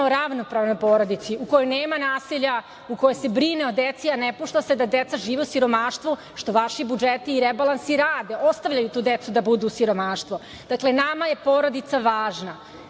o ravnopravnoj porodici, u kojoj nema nasilja, u kojoj se brine o deci, a ne pušta se da deca žive u siromaštvu, što vaši budžeti i rebalansi rade. Ostavljaju tu decu da budu u siromaštvu. Dakle, nama je porodica važna